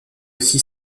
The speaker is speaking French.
aussi